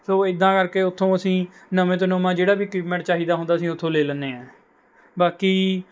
ਸੋ ਇਦਾਂ ਕਰਕੇ ਉੱਥੋਂ ਅਸੀਂ ਨਵੇਂ ਤੋਂ ਨਵਾਂ ਜਿਹੜਾ ਵੀ ਇਕਯੁਪਮੈਂਟ ਚਾਹੀਦਾ ਹੁੰਦਾ ਅਸੀਂ ਉੱਥੋਂ ਲੈ ਲੈਂਦੇ ਹਾਂ ਬਾਕੀ